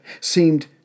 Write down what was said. seemed